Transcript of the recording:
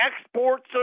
exports